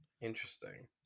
Interesting